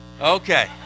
Okay